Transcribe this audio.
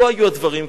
לא היו הדברים כך.